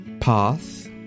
path